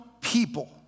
people